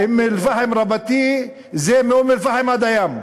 אום-אלפחם רבתי זה מאום-אלפחם עד הים.